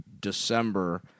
December